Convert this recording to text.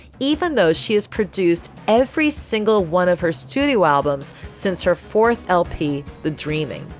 even though she has produced every single one of her studio albums since her fourth lp, the dreaming,